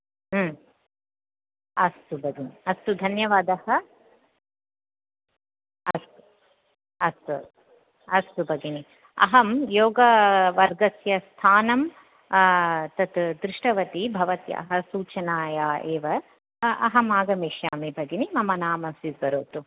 अस्तु भगिनि अस्तु धन्यवादः अस्तु अस्तु अस्तु भगिनि अहं योगवर्गस्य स्थानं तत् दृष्टवती भवत्याः सूचनया एव अहं आगमिष्यामि मम नाम स्वीकरोतु